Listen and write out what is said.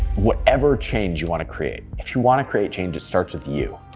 whatever change you wanna create, if you wanna create change it starts with you.